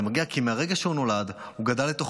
זה מגיע כי מרגע שהוא נולד הוא גדל לתוך